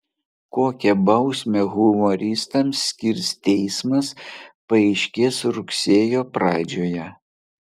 kokią bausmę humoristams skirs teismas paaiškės rugsėjo pradžioje